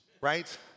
right